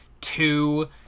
two